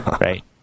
right